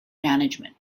management